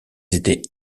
étaient